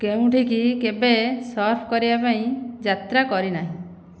କେଉଁଠିକି କେବେ ସର୍ଫ କରିବା ପାଇଁ ଯାତ୍ରା କରି ନାହିଁ